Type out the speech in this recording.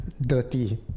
dirty